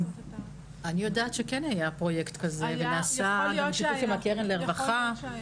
אני יודעת שכן היה פרויקט כזה ונעשה גם שיתוף עם הקרן לרווחה.